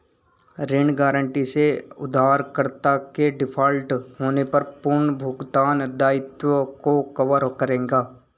ऋण गारंटी से उधारकर्ता के डिफ़ॉल्ट होने पर पुनर्भुगतान दायित्वों को कवर करेगा